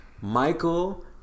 michael